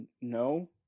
no